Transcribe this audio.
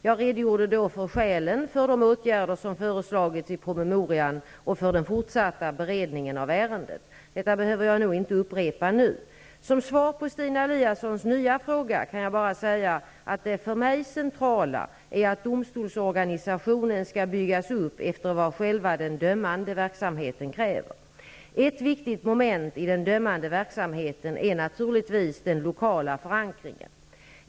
Jag redogjorde då för skälen för de åtgärder som föreslagits i promemorian och för den fortsatta beredningen av ärendet. Detta behöver jag nog inte upprepa nu. Som svar på Stina Eliassons nya fråga kan jag bara säga att det för mig centrala är att domstolsorganisationen skall byggas upp efter vad själva den dömande verksamheten kräver. Ett viktigt moment i den dömande verksamheten är naturligtvis den lokala förankringen.